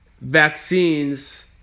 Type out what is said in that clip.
Vaccines